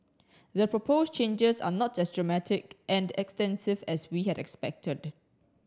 the proposed changes are not as dramatic and extensive as we had expected